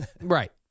Right